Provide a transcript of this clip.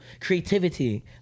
Creativity